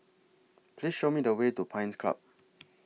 Please Show Me The Way to Pines Club